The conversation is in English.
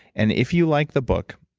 and if you like the book,